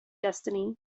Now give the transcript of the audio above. destiny